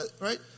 right